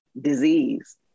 disease